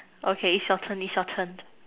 okay is your turn is your turn